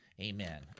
amen